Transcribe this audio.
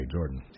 Jordan